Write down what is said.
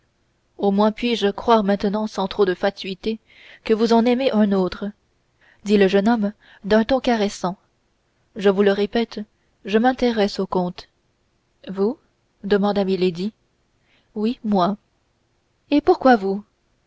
au moins puis-je croire maintenant sans trop de fatuité que vous en aimez un autre dit le jeune homme d'un ton caressant et je vous le répète je m'intéresse au comte vous demanda milady oui moi et pourquoi vous